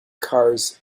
cars